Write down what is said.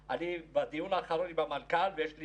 בדיון האחרון עם המנכ"ל ויש לי